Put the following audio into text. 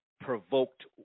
provoked